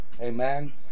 Amen